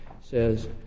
says